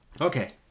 Okay